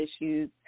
issues